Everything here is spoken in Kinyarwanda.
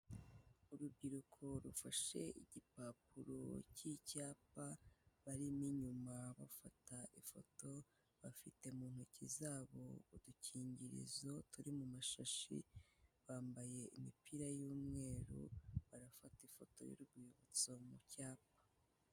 Urubyiruko rufashe igipapuro cy'icyapa barimo inyuma bafata ifoto bafite mu ntoki zabo udukingirizo turi mu mashashi bambaye imipira y'umweru bayafata ifoto y'urwibutso mu cyapa.